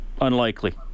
Unlikely